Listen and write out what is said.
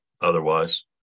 Otherwise